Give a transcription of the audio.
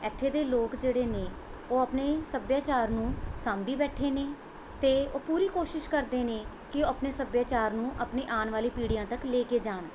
ਇੱਥੋਂ ਦੇ ਲੋਕ ਜਿਹੜੇ ਨੇ ਉਹ ਆਪਣੇ ਸੱਭਿਆਚਾਰ ਨੂੰ ਸਾਂਭੀ ਬੈਠੇ ਨੇ ਅਤੇ ਉਹ ਪੂਰੀ ਕੋਸ਼ਿਸ਼ ਕਰਦੇ ਨੇ ਕਿ ਉਹ ਆਪਣੇ ਸੱਭਿਆਚਾਰ ਨੂੰ ਆਪਣੀ ਆਉਣ ਵਾਲੀ ਪੀੜੀਆਂ ਤੱਕ ਲੈ ਕੇ ਜਾਣ